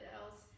else